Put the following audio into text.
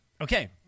Okay